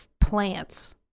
plants